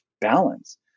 balance